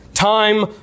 Time